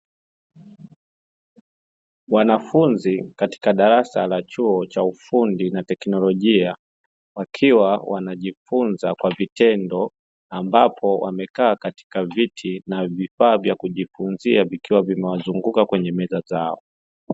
Wanafunzi katika darasa la chuo cha ufundi na teknolojia, wakiwa wanajifunza kwa vitendo ambapo wamekaa katika viti na vifaa vya kujifunzia vikiwa vimewazunguka katika meza zao.